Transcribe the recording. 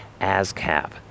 ASCAP